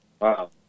Wow